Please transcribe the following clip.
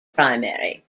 primary